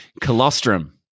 Colostrum